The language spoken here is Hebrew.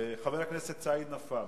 חבר הכנסת סעיד נפאע,